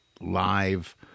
live